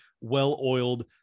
well-oiled